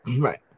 Right